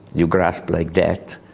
you grasp like that,